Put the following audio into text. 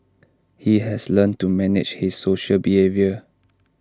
he has learnt to manage his social behaviour